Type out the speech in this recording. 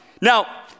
Now